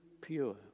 pure